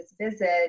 visit